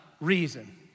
reason